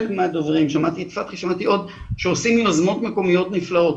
שמעתי את פתחי ועוד מהדוברים שעושים יוזמות מקומיות נפלאות,